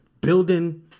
building